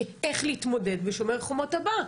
איך להתמודד עם שומר חומות הבא.